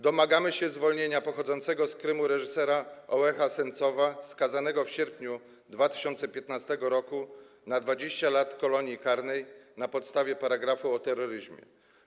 Domagamy się zwolnienia pochodzącego z Krymu reżysera Ołeha Sencowa, skazanego w sierpniu 2015 r. na 20 lat kolonii karnej na podstawie paragrafu o terroryzmie.